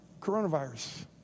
coronavirus